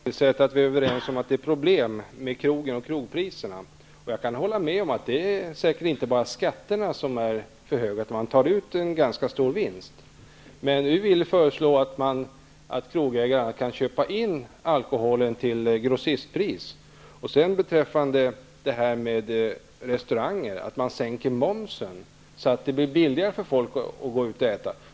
Herr talman! Det är bra att vi är överens om att krogpriserna är ett problem. Jag kan hålla med om att det inte bara är skatterna som är ett problem, utan att restaurangerna tar ut en ganska stor vinst. Men vi föreslår att krogägarna skall kunna köpa in alkoholen till grossistpris. Vi anser även att restaurangmomsen skall sänkas så att det blir billigare för folk att gå ut och äta.